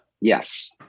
Yes